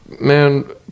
man